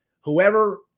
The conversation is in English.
whoever